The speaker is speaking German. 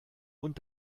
und